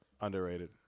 Underrated